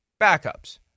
backups